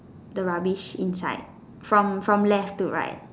the rubbish inside from from left to right